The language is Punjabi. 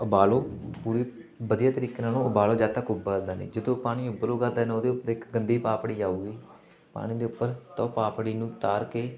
ਉਬਾਲੋ ਪੂਰੀ ਵਧੀਆ ਤਰੀਕੇ ਨਾਲ ਉਹਨੂੰ ਉਬਾਲੋ ਜਦੋਂ ਤੱਕ ਉੱਬਲਦਾ ਨਹੀਂ ਜਦੋਂ ਪਾਣੀ ਉੱਬਲੂਗਾ ਦੈਨ ਉਹਦੇ ਉੱਪਰ ਇੱਕ ਗੰਦੀ ਪਾਪੜੀ ਆਉਗੀ ਪਾਣੀ ਦੇ ਉੱਪਰ ਤਾਂ ਉਹ ਪਾਪੜੀ ਨੂੰ ਉਤਾਰ ਕੇ